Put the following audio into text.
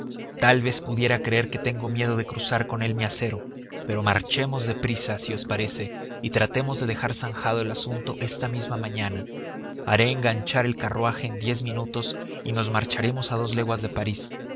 tal vez pudiera creer que tengo miedo de cruzar con él mi acero pero marchemos de prisa si os parece y tratemos de dejar zanjado el asunto esta misma mañana haré enganchar el carruaje en diez minutos y nos marcharemos a dos leguas de parís